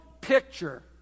picture